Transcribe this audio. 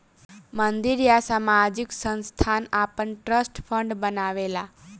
मंदिर या सामाजिक संस्थान आपन ट्रस्ट फंड बनावेला